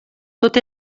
tot